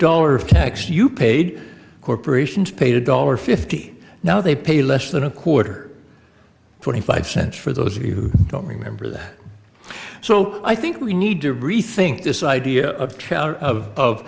dollar of tax you paid corporations paid a dollar fifty now they pay less than a quarter twenty five cents for those of you who don't remember that so i think we need to rethink this idea of